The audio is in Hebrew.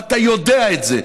ואתה יודע את זה.